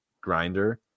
grinder